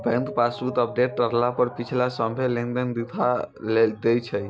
bank passbook update करला पर पिछला सभ्भे लेनदेन दिखा दैय छै